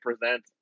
present